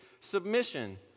submission